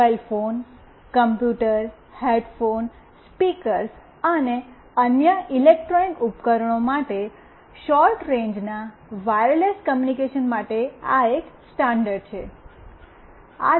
mobile phone computer headphone speakers અને અન્ય electronic ઉપકરણો માટે શોર્ટ રેન્જના વાયરલેસ કૉમ્યુનિકેશન માટે આ એક સ્ટાન્ડર્ડ છે